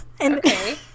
Okay